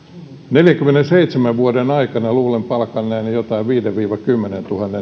neljänkymmenenseitsemän vuoden aikana luulen palkanneeni jotain viisituhatta viiva kymmenentuhatta